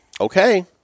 Okay